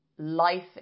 Life